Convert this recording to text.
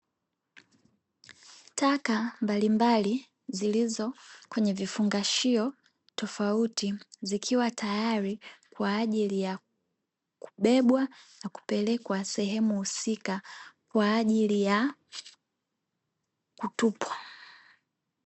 Taka mbalimbali, zilizo kwenye vifungashio tofauti, zikiwa tayari kwa ajili ya kubebwa na kupelekwa sehemu husika kwa ajili ya kutupwa.